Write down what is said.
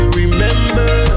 remember